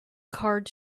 card